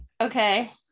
Okay